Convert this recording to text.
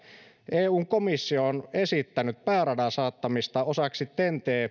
eun komissio on esittänyt pääradan saattamista osaksi ten t